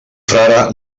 frare